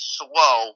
slow